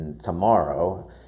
tomorrow